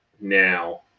now